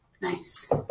Nice